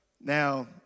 Now